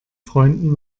freunden